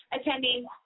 attending